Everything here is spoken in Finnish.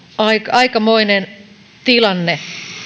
aikamoinen tilanne